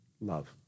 love